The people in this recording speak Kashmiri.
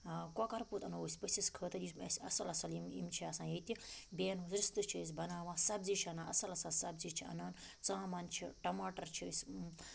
کۄکَر پوٗت اَنو أسۍ پٔژھِس خٲطٕر یُس مےٚ اَسہِ اَصٕل اَصٕل یِم یِم چھِ آسان ییٚتہِ بیٚیہِ اَنوَس رِستہٕ چھِ أسۍ بَناوان سَبزی چھِ اَنان اَصٕل اَصٕل سَبزی چھِ اَنان ژامَن چھِ ٹَماٹر چھِ أسۍ